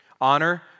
Honor